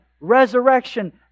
resurrection